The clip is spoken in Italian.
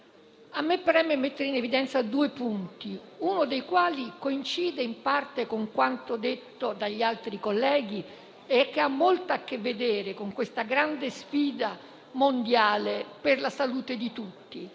A me preme mettere in evidenza due punti, uno dei quali coincide in parte con quanto detto dagli altri colleghi e che ha molto a che vedere con questa grande sfida mondiale per la salute di tutti.